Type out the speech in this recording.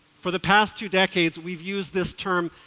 for the past two decades, we've used this term,